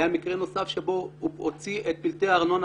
היה מקרה נוסף שבו הוא הוציא את פרטי הארנונה